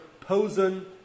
Posen